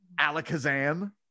alakazam